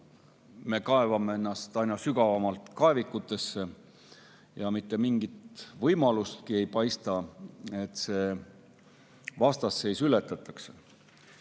me kaevame ennast aina sügavamale kaevikutesse ja mitte mingit võimalustki ei paista, et see vastasseis ületatakse.